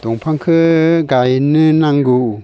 दंफांखौ गायनो नांगौ